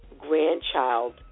Grandchild